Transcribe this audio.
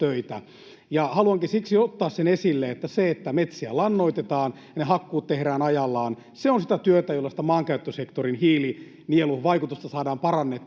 Haluankin siksi ottaa sen esille, että se, että metsiä lannoitetaan ja ne hakkuut tehdään ajallaan, on sitä työtä, jolla sitä maankäyttösektorin hiilinielun vaikutusta saadaan parannettua.